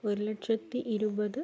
ഒരു ലക്ഷത്തി ഇരുപത്